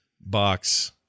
box